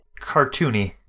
cartoony